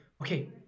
okay